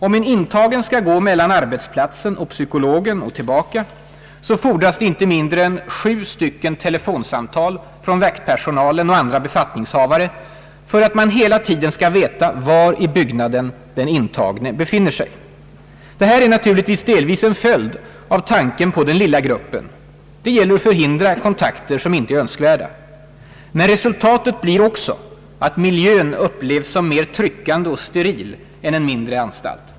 Om en intagen skall gå från arbetsplatsen till psykologen och tillbaka, så fordras inte mindre än sju telefonsamtal från vaktpersonalen och andra befattningshavare för att man hela tiden skall veta var i byggnaden den intagne befinner sig. Det här är naturligtvis delvis en följd av tanken på den lilla gruppen. Det gäller att förhindra kontakter som inte är önskvärda. Men resultatet blir också att miljön upplevs som mera tryckande och steril än på en mindre anstalt.